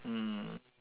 mm